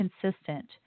consistent